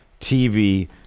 TV